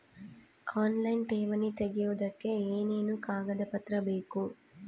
Online ಠೇವಣಿ ತೆಗಿಯೋದಕ್ಕೆ ಏನೇನು ಕಾಗದಪತ್ರ ಬೇಕು?